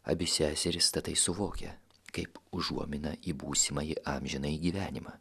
abi seserys tatai suvokia kaip užuominą į būsimąjį amžinąjį gyvenimą